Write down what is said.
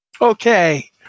Okay